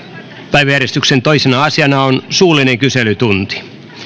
päiväjärjestyksen toisena asiana on suullinen kyselytunti